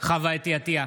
חוה אתי עטייה,